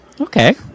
Okay